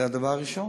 זה הדבר הראשון.